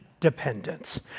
Dependence